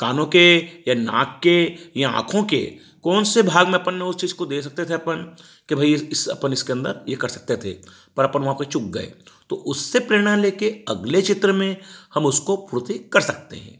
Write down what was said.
कानों के या नाक के या आँखों के कौन से भाग में अपन ने उस चीज़ को देख सकते थे अपन के भई इस अपन इसके अंदर यह कर सकते थे पर अपन वहाँ कोई चूक गए तो उससे प्रेरणा लेकर अगले चित्र में हम उसको पूर्ति कर सकते हैं